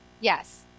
Yes